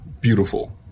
beautiful